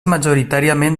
majoritàriament